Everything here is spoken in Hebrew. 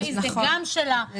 נכון.